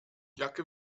jacke